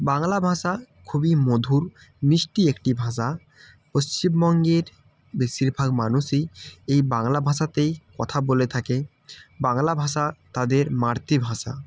বাংলা ভাষা খুবই মধুর মিষ্টি একটি ভাষা পশ্চিমবঙ্গের বেশিরভাগ মানুষই এই বাংলা ভাষাতেই কথা বলে থাকে বাংলা ভাষা তাদের মাতৃভাষা